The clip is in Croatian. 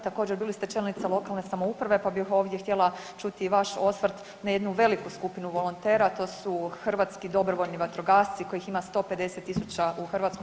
Također bili ste čelnica lokalne samouprava pa bih ovdje htjela čuti i vaš osvrt na jednu veliku skupinu volontera, a to su hrvatski dobrovoljni vatrogasci kojih ima 150.000 u Hrvatskoj.